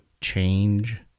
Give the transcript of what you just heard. change